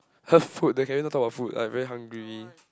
!huh! food then can we don't talk about food I very hungry